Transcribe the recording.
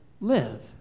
live